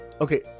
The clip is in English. Okay